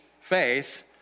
faith